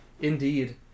Indeed